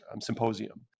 symposium